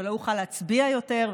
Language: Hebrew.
ולא אוכל להצביע יותר,